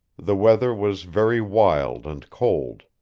the weather was very wild and cold.